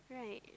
right